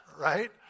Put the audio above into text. right